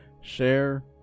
share